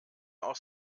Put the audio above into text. auch